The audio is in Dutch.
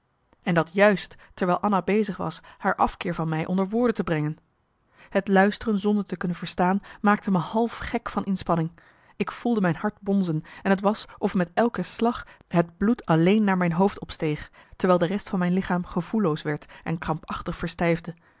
en dat juist terwijl anna bezig was haar afkeer van mij onder woorden te brengen het luisteren zonder te kunnen verstaan maakte me half gek van inspanning ik voelde mijn hart bonzen en t was of met elke slag het bloed alleen naar mijn hoofd opsteeg terwijl de rest van mijn lichaam gevoelloos werd en krampachtig verstijfde